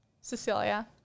Cecilia